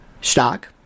stock